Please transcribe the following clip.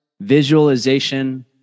visualization